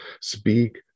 speak